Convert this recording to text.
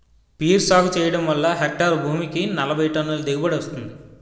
peer సాగు చెయ్యడం వల్ల హెక్టారు భూమికి నలబైటన్నుల దిగుబడీ వస్తుంది